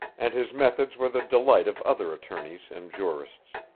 and his methods were the delight of other attorneys and jurists.